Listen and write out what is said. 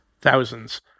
thousands